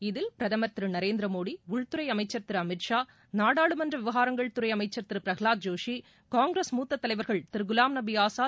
இதில் பிரதமர் திரு நரேந்திரமோடி உள்துறை அமைச்சர் திரு அமித் ஷா நாடாளுமன்ற விவகாரத்துறை அமைச்சர் திரு பிரகலாத் ஜோஷி காங்கிரஸ் மூத்த தலைவர்கள் திரு குலாம் நபி ஆசாத்